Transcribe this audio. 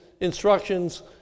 instructions